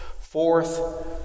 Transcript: Fourth